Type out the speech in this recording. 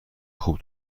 خوب